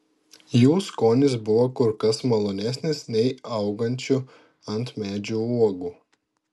jų skonis buvo kur kas malonesnis nei augančių ant medžių uogų